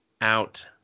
out